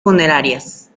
funerarias